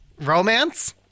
romance